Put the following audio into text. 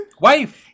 Wife